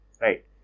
right